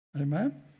Amen